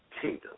kingdom